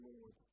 Lord